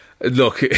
Look